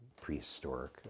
prehistoric